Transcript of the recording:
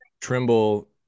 Trimble